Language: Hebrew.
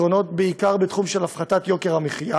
בעיקר בתחום של הפחתת יוקר המחיה: